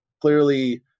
clearly